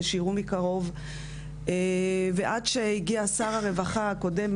שיראו מקרוב ועד שהגיע השר הרווחה הקודם,